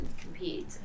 compete